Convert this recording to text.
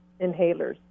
inhalers